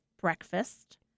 breakfast